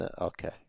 okay